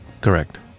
Correct